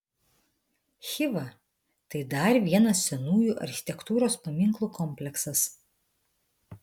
chiva tai dar vienas senųjų architektūros paminklų kompleksas